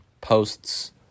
posts